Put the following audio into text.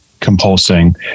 compulsing